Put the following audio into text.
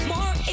More